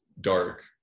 dark